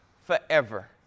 forever